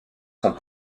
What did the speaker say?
sont